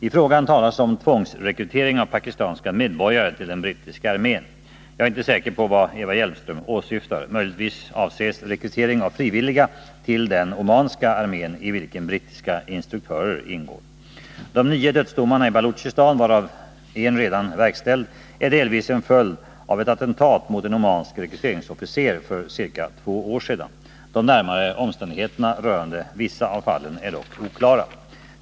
I frågan talas om tvångsrekrytering av pakistanska medborgare till den brittiska armén. Jag är inte säker på vad Eva Hjelmström åsyftar. Möjligtvis avses rekrytering av frivilliga till den omanska armén i vilken brittiska instruktörer ingår. De nio dödsdomarna i Baluchistan, varav en redan är verkställd, är delvis en följd av ett attentat mot en omansk rekryteringsofficer för ca två år sedan. De närmare omständigheterna rörande vissa av fallen är dock oklara.